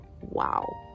wow